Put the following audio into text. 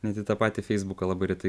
net į tą patį feisbuką labai retai